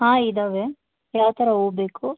ಹಾಂ ಇದ್ದಾವೆ ಯಾವ ಥರ ಹೂ ಬೇಕು